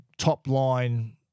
top-line